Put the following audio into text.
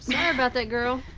sorry about that girl.